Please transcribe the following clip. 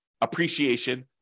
appreciation